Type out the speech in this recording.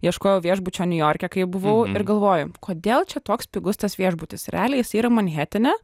ieškojau viešbučio niujorke kai buvau ir galvoju kodėl čia toks pigus tas viešbutis realiai jis yra manhetene